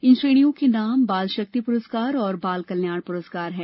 इन श्रेणियों के नाम बाल शक्ति पुरस्कार और बाल कल्याण पुरस्कार हैं